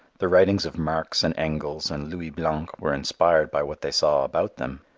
the writings of marx and engels and louis blanc were inspired by what they saw about them.